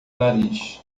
nariz